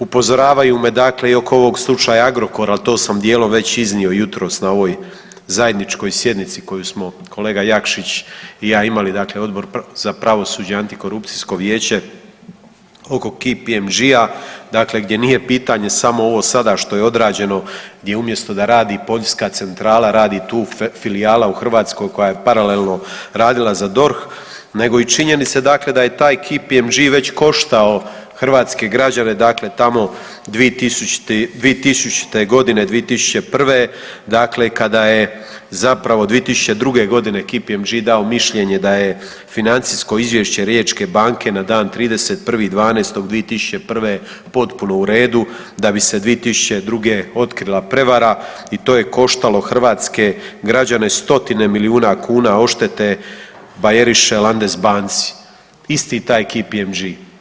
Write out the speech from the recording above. Upozoravaju me dakle i oko ovog slučaja Agrokor, al to sam dijelom već iznio jutros na ovoj zajedničkoj sjednici koju smo kolega Jakšić i ja imali dakle Odbor za pravosuđe i antikorupcijsko vijeće oko KPMG-a, dakle gdje nije pitanje samo ovo sada što je odrađeno gdje umjesto da radi poljska centrala radi tu filijala u Hrvatskoj koja je paralelno radila za DORH, nego i činjenica dakle da je taj KPMG već koštao hrvatske građane dakle tamo 2000. godine, 2001. dakle kada je zapravo, 2002. godine KPMG dao mišljenje da je financijsko izvješće Riječke banke na dan 31.12.2001. potpuno u redu da bi se 2002. otkrila prevara i to je koštalo hrvatske građane stotine milijuna kuna odštete Bayerische Landesbank, isti taj KPMG.